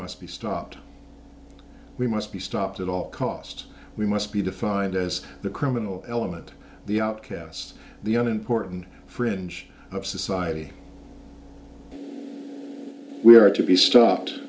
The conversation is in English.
must be stopped we must be stopped at all costs we must be defined as the criminal element the outcasts the other important fringe of society we are to be stopped